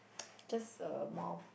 just a more